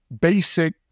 basic